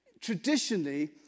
traditionally